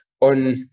on